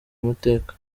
amateka